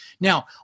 Now